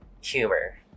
humor